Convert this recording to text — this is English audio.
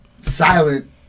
silent